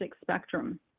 spectrum